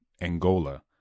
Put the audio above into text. Angola